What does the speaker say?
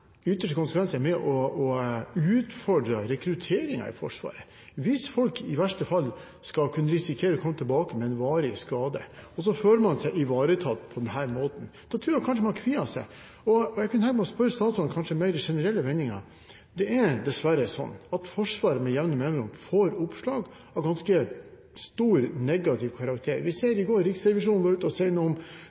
ytterste konsekvens er med og utfordrer rekrutteringen i Forsvaret. Hvis folk i verste fall skal kunne risikere å komme tilbake med en varig skade, og så føle seg ivaretatt på denne måten, tror jeg man kanskje kvier seg. Jeg kunne kanskje tenke meg å spørre statsråden i mer generelle vendinger. Det er dessverre sånn at Forsvaret med jevne mellomrom får oppslag av ganske stor negativ karakter. Vi så i går at Riksrevisjonen var ute og sa noe om